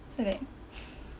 so like